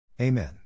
Amen